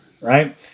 Right